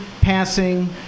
passing